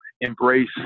embrace